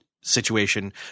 situation